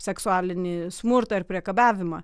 seksualinį smurtą ar priekabiavimą